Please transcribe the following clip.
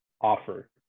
offer